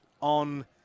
on